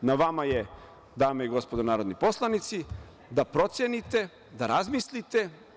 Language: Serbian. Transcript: Na vama je, dame i gospodo narodni poslanici, da procenite, da razmislite.